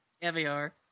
caviar